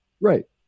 right